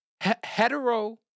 Hetero